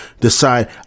decide